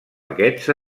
aquest